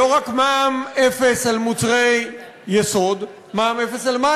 לא רק מע"מ אפס על מוצרי יסוד, מע"מ אפס על מים,